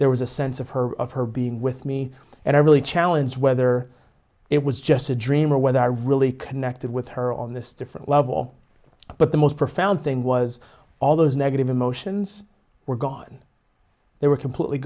there was a sense of her of her being with me and i really challenge whether it was just a dream or whether i really connected with her on this different level but the most profound thing was all those negative emotions we're gone they were completely